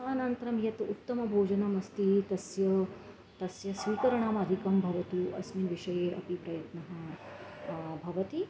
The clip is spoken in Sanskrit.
अनन्तरं यत् उत्तमभोजनमस्ति तस्य तस्य स्वीकरणम् अधिकं भवतु अस्मिन् विषये अपि प्रयत्नः भवति